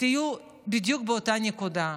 תהיו באותה נקודה.